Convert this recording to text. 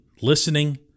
listening